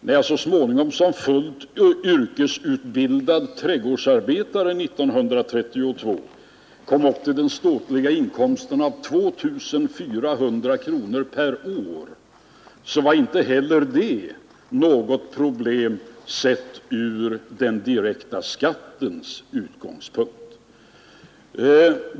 När jag så småningom som fullt yrkesutbildad trädgårdsarbetare 1932 kom upp till den ståtliga inkomsten av 2 400 kronor per år, var detta inte heller något problem sett ur den direkta skattens synpunkt.